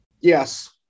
Yes